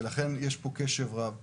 יש פה קשב רב,